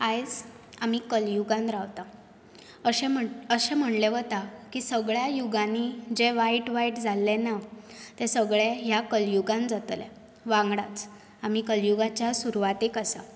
आयज आमी कलियुगांत रावतात अशें म्हण अशें म्हणलें वता की सगळ्या युगांनी जें वायट वायट जाल्लें ना तें सगळें ह्या कलयुगांत जातलें वांगडाच आमी कलयुगाच्या सुरवातेक आसात